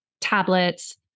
tablets